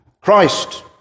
Christ